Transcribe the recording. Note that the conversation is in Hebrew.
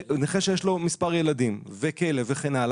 נכה שיש לו מספר ילדים וכלב שירות,